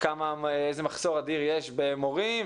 איזה מחסור אדיר יש במורים,